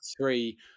three